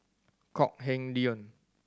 Kok Heng Leun